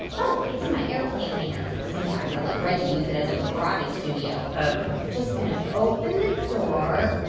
oh, it's in my airplane hangar. sometimes i let reggie use it as a karate studio. um now i'm just going to open the door.